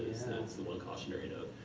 is the one cautionary note.